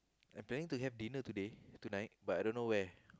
I planning to have dinner today tonight but I don't know where